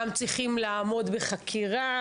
גם צריכים לעמוד בחקירה,